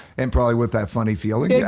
and probably with that funny feeling. yeah,